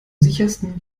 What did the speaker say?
sichersten